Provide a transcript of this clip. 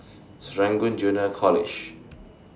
Serangoon Junior College